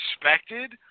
expected